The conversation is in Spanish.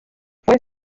fue